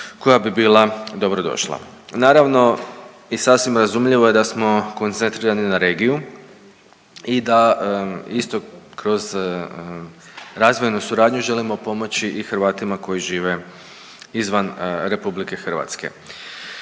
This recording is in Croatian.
koja bi bila dobro došla. Naravno i sasvim razumljivo je da smo koncentrirani na regiju i da isto kroz razvojnu suradnju želimo pomoći i Hrvatima koji žive izvan RH. Iz te